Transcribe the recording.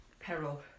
Peril